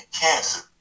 cancer